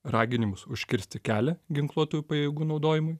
raginimus užkirsti kelią ginkluotųjų pajėgų naudojimui